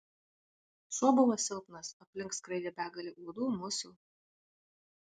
šuo buvo silpnas aplink skraidė begalė uodų musių